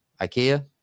Ikea